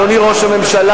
אדוני ראש הממשלה,